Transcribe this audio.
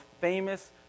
famous